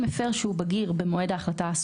משטרת ישראל תמסור מידע ממרשם התעבורה המינהלי